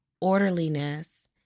orderliness